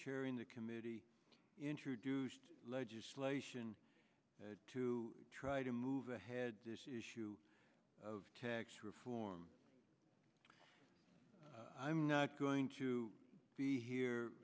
chairing the committee introduced legislation to try to move ahead this issue of tax reform i'm not going to be here